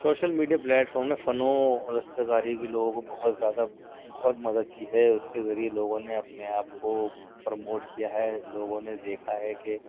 social media platform میں فن و دستکاری کے لوگوں کو بہت زیادہ بہت مدد کی ہے اُس کے ذریعے لوگوں نے اپنے آپ کو پرموٹ کیا ہے لوگوں نے دیکھا ہے کہ